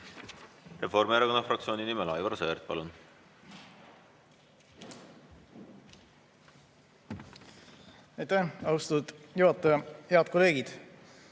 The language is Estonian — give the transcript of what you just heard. Reformierakonna fraktsiooni nimel Aivar Sõerd, palun! Aitäh, austatud juhataja! Head kolleegid!